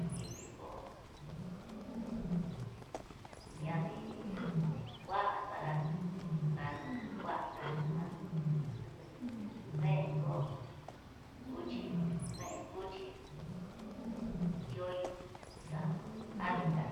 aciti kó, ñadíi kuaxa'a, kano kuan mán deen kó cuchí deen cuchí, chioyó kuxa'a adiká.